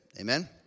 Amen